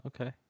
Okay